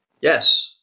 Yes